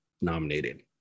nominated